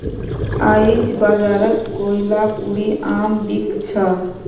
आईज बाजारत कोहलापुरी आम बिक छ